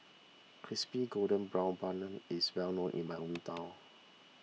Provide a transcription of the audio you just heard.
Crispy Golden Brown Bun is well known in my hometown